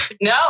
No